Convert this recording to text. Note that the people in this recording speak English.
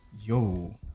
Yo